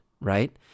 Right